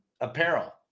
apparel